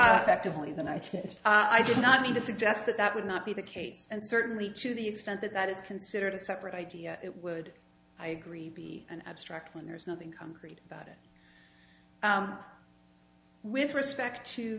objectively tonight i did not mean to suggest that that would not be the case and certainly to the extent that that is considered a separate idea it would i agree be an abstract when there is nothing concrete about it with respect to